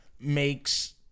makes